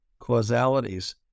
causalities